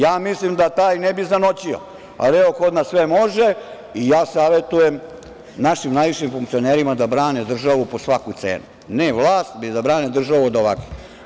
Ja mislim da taj ne bi zanoćio, ali kod nas sve može i ja savetujem našim najvećim funkcionerima da brane državu po svaku cenu, ne vlast, već da brane državu od ovakvih.